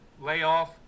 layoff